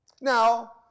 Now